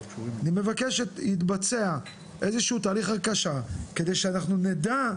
אני מבקש שיתבצע איזשהו תהליך הרכשה כדי שאנחנו נדע,